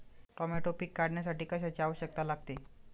Tomato पीक काढण्यासाठी कशाची आवश्यकता लागते?